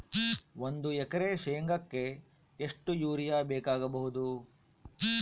ಒಂದು ಎಕರೆ ಶೆಂಗಕ್ಕೆ ಎಷ್ಟು ಯೂರಿಯಾ ಬೇಕಾಗಬಹುದು?